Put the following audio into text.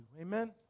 Amen